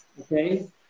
Okay